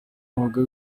mwuga